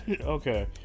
Okay